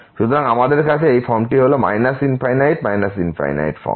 সুতরাং আমাদের কাছে এই ফর্মটি হল ∞∞ ফর্ম